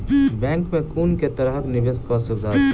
Bank मे कुन केँ तरहक निवेश कऽ सुविधा अछि?